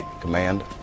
Command